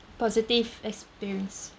positive experience